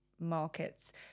markets